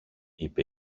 είπε